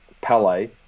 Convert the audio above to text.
Palais